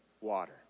water